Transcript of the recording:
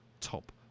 top